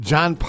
John